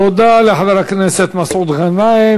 תודה לחבר הכנסת מסעוד גנאים.